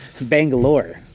Bangalore